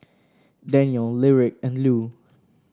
Danniel Lyric and Lue